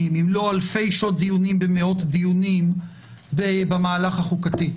אם לא אלפי שעות דיונים במאות דיונים במהלך החוקתי,